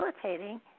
facilitating